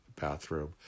bathroom